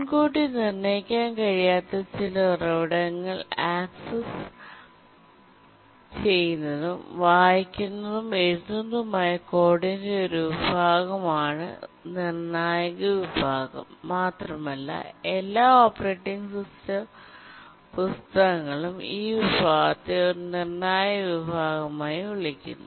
മുൻകൂട്ടി നിർണ്ണയിക്കാൻ കഴിയാത്ത ചില ഉറവിടങ്ങൾ ആക്സസ് ചെയ്യുന്നതും വായിക്കുന്നതും എഴുതുന്നതുമായ കോഡിന്റെ ഒരു വിഭാഗമാണ് നിർണ്ണായക വിഭാഗം മാത്രമല്ല എല്ലാ ഓപ്പറേറ്റിംഗ് സിസ്റ്റം പുസ്തകങ്ങളിലും ഈ വിഭാഗത്തെ ഒരു നിർണ്ണായക വിഭാഗമായി വിളിക്കുന്നു